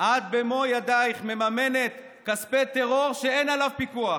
את במו ידייך מממנת כספי טרור שאין עליו פיקוח.